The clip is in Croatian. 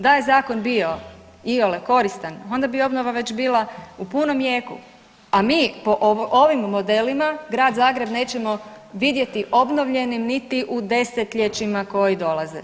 Da je Zakon bio iole koristan onda bi obnova već bila u punom jeku, a mi po ovim modelima, Grad Zagreb nećemo vidjeti obnovljenim niti u desetljećima koji dolaze.